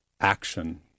action